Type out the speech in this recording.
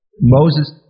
Moses